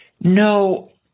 No